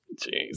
Jeez